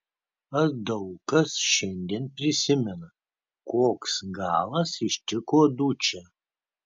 ar daug kas šiandien prisimena koks galas ištiko dučę